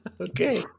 Okay